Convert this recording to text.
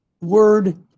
Word